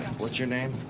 what's your name?